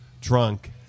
drunk